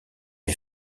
les